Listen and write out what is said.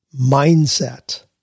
Mindset